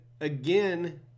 again